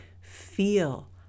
feel